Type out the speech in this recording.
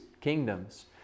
kingdoms